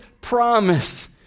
promise